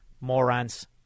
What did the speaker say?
Morons